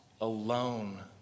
alone